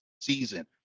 season